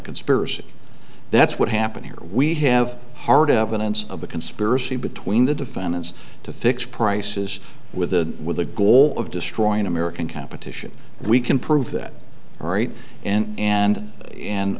conspiracy that's what happened here we have hard evidence of a conspiracy between the defendants to fix prices with the with the goal of destroying american competition and we can prove that and and and